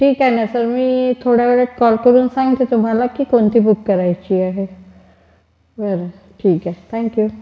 ठीक अहे ना सर मी थोड्या वेळात कॉल करून सांगते तुम्हाला की कोणती बुक करायची आहे बरं ठीक आहे थँक यू